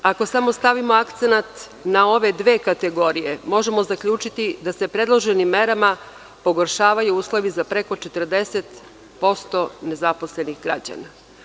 Ako samo stavimo akcenat na ove dve kategorije možemo zaključiti da se predloženim merama pogoršavaju uslovi za preko 40% nezaposlenih građana.